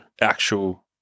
actual